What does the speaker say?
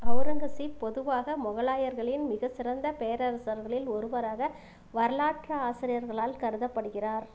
ஹவுரங்கசீப் பொதுவாக மொகலாயர்களின் மிகச்சிறந்த பேரரசர்களில் ஒருவராக வரலாற்று ஆசிரியர்களால் கருதப்படுகிறார்